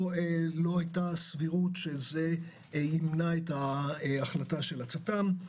היתה סבירות שזה ימנע את החלטת הצט"ם.